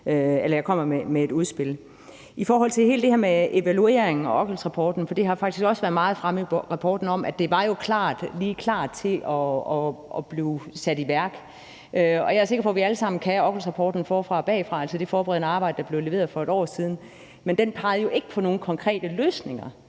at jeg kommer med et udspil. I forhold til hele det her med evalueringen og Per Okkels-rapporten vil jeg sige, at det faktisk også har været meget fremme i rapporten, at det jo var klar til at blive sat i værk. Og jeg er sikker på, at vi alle sammen kan Per Okkels-rapporten forfra og bagfra, altså det forberedende arbejde, der blev leveret for et år siden, men den pegede jo ikke på nogen konkrete løsninger.